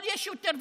אבל יש יותר ויותר.